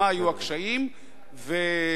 מה היו הקשיים ומדוע